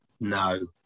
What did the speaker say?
no